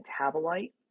metabolite